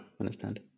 understand